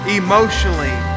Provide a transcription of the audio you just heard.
emotionally